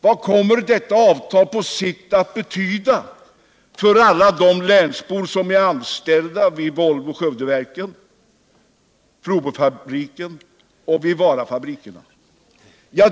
Vad kommer detta avtal på sikt att betyda för alla de länsbor som är anställda vid Volvo-Skövdeverken. Flobyfabriken och vid Varafabriken?